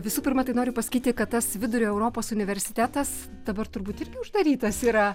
visų pirma tai noriu pasakyti kad tas vidurio europos universitetas dabar turbūt irgi uždarytas yra